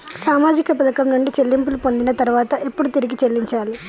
సామాజిక పథకం నుండి చెల్లింపులు పొందిన తర్వాత ఎప్పుడు తిరిగి చెల్లించాలి?